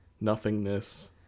nothingness